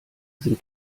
sind